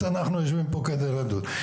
אז אנחנו יושבים פה כדי לדון.